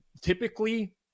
typically